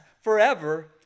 forever